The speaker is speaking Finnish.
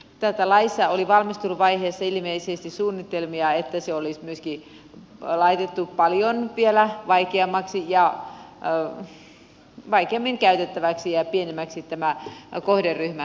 tässä laissa oli valmisteluvaiheessa ilmeisesti suunnitelmia että se olisi myöskin laitettu vielä paljon vaikeammaksi ja vaikeammin käytettäväksi ja pienemmäksi tämän kohderyhmän osalta